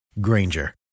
Granger